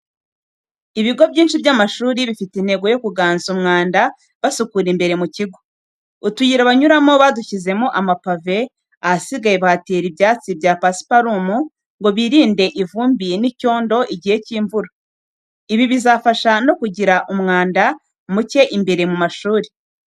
Ibigo byinshi by'amashuri bifite intego yo kuganza umwanda basukura imbere mu kigo. Utuyira banyuramo badushyizemo amapave, ahasigaye bahatera ibyatsi bya pasiparumu ngo birinde ivumbi n'icyondo igihe cy'imvura. Ibi bizabafasha no kugira umwanda muke imbere mu mashuri.